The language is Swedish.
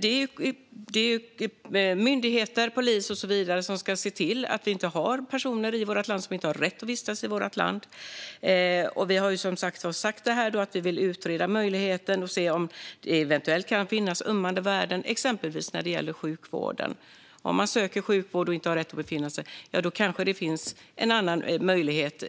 Det är myndigheter, polis och så vidare som ska se till att vi inte har personer i vårt land som inte har rätt att vistas i vårt land. Vi har sagt att vi vill utreda möjligheten och se om det eventuellt kan finnas ömmande värden exempelvis när det gäller sjukvården. Om människor söker sjukvård och inte har rätt att befinna sig i landet kanske det finns en annan möjlighet